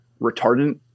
retardant